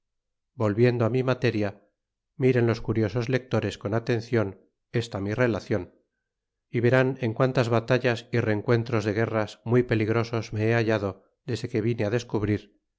volviendo mi materia miren los curiosos lectores con atenclon esta mi relacion y verán en guantes batallas y rencuentros de guerras muy peligrosos me he hallado desque vine descubrir